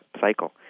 cycle